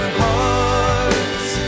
hearts